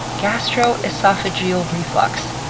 gastroesophageal reflux,